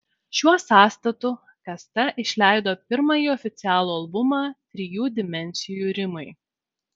šiuo sąstatu kasta išleido pirmąjį oficialų albumą trijų dimensijų rimai